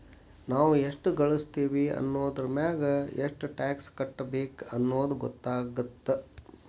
ನಾವ್ ಎಷ್ಟ ಗಳಸ್ತೇವಿ ಅನ್ನೋದರಮ್ಯಾಗ ಎಷ್ಟ್ ಟ್ಯಾಕ್ಸ್ ಕಟ್ಟಬೇಕ್ ಅನ್ನೊದ್ ಗೊತ್ತಾಗತ್ತ